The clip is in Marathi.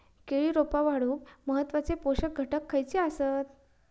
केळी रोपा वाढूक महत्वाचे पोषक घटक खयचे आसत?